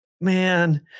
man